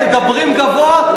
מדברים גבוה,